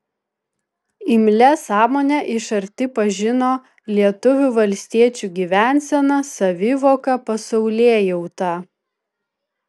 imlia sąmone iš arti pažino lietuvių valstiečių gyvenseną savivoką pasaulėjautą